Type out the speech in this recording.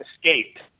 escaped